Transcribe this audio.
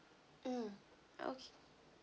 mm uh ok